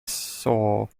saw